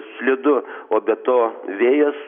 slidu o be to vėjas